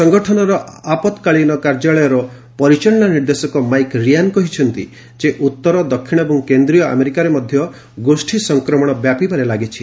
ସଂଗଠନର ଆପଉକାଳିନ କାର୍ଯ୍ୟାଳୟର ପରିଚାଳନା ନିର୍ଦ୍ଦେଶକ ମାଇକ୍ ରିଆନ୍ କହିଛନ୍ତି ଯେ ଉତ୍ତର ଦକ୍ଷିଣ ଏବଂ କେନ୍ଦ୍ରୀୟ ଆମେରିକାରେ ମଧ୍ୟ ଗୋଷ୍ଠୀ ସଂକ୍ରମଣ ବ୍ୟାପିବାରେ ଲାଗିଛି